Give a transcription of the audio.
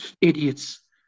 idiots